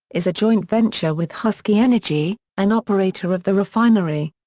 is a joint venture with husky energy, an operator of the refinery.